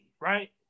right